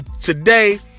Today